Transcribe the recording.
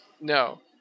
No